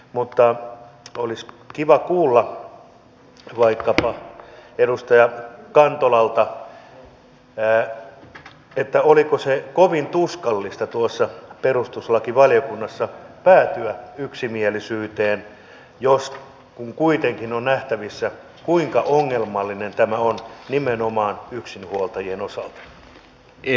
mutta olisi kiva kuulla vaikkapa edustaja kantolalta oliko kovin tuskallista tuolla perustuslakivaliokunnassa päätyä yksimielisyyteen jos ja kun kuitenkin on nähtävissä kuinka ongelmallinen tämä on nimenomaan yksinhuoltajien osalta